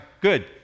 good